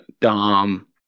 Dom